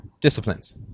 disciplines